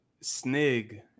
Snig